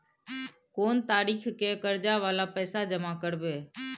कोन तारीख के कर्जा वाला पैसा जमा करबे?